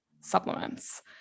supplements